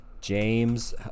James